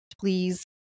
please